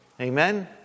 Amen